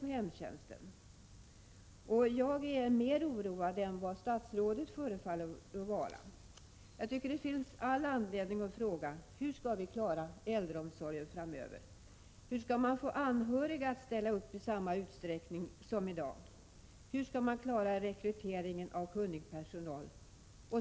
Jag är mer oroad över den utvecklingen än vad statsrådet förefaller att vara. Det finns all anledning att fråga: Hur skall vi klara äldreomsorgen framöver? Hur skall man få anhöriga att ställa upp i samma utsträckning som i dag? Hur skall man klara rekryteringen av kunnig personal?